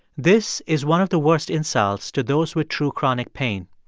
this is one of the worst insults to those with true chronic pain.